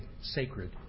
sacred